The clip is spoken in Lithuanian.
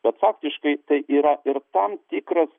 bet faktiškai tai yra ir tam tikras